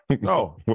No